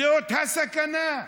זאת הסכנה.